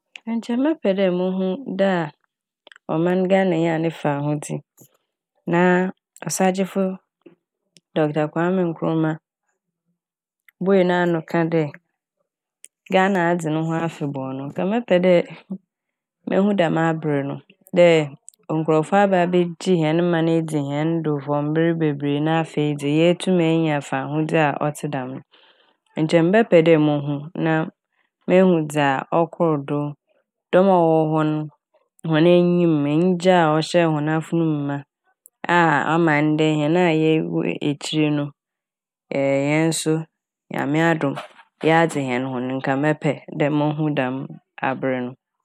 Nkyɛ mɛpɛ dɛ mohu da a ɔman Ghana nyaa ne fahodzi na a Ɔsaagyefo Dɔkta Kwame Nkrumah buei n'ano kaa dɛ Ghana adze no ho afebɔɔ no nka mɛpɛ dɛ mehu dɛm aber no dɛ nkorɔfo aba abɛgye hɛn man no dzi hɛn do "for" mber bebree na afei dze yetum enya fahodzi a ɔtse dɛm no nkyɛ mɛpɛ dɛ mohu na mehu dza ɔkɔr do. Dɔm a wɔwɔ hɔ no hɔn enyim, enyigye a ɔhyɛɛ hɔn afon mu ma a ɔma ndɛ hɛn a yɛ-yɛwɔ ekyir no ɛɛ hɛn so Nyame adom yɛadze hɛn ho no nka mɛpɛ dɛ mohu dɛm aber no.